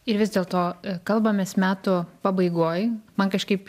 ir vis dėlto kalbamės metų pabaigoj man kažkaip